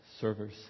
Servers